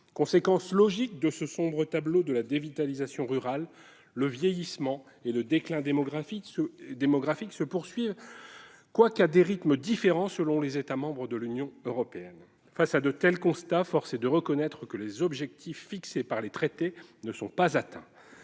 Conséquence logique de ce sombre tableau de la dévitalisation rurale, le vieillissement et le déclin démographique se poursuivent, quoique ce soit à des rythmes différents selon les États membres de l'Union européenne. Face à de tels constats, force est de reconnaître que les objectifs fixés par les traités ne sont pas atteints.